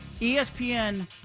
ESPN